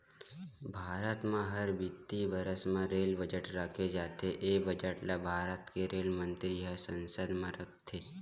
भारत म हर बित्तीय बरस म रेल बजट राखे जाथे ए बजट ल भारत के रेल मंतरी ह संसद म रखथे